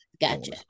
Gotcha